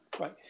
Right